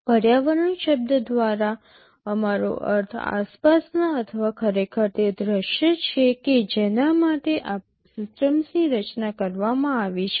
પર્યાવરણ શબ્દ દ્વારા અમારું અર્થ આસપાસના અથવા ખરેખર તે દૃશ્ય છે કે જેના માટે સિસ્ટમની રચના કરવામાં આવી છે